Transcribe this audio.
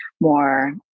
more